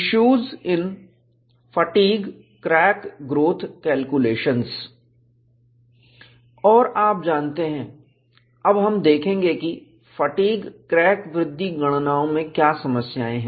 issues in fatigue crack growth calculations और आप जानते हैं अब हम देखेंगे कि फटीग क्रैक वृद्धि गणनाओं में क्या समस्याएं हैं